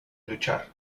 luchar